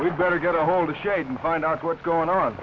we'd better get a hold of shade and find out what's going on